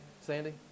Sandy